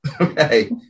Okay